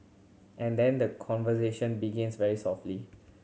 and then the conversation begins very softly